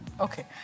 Okay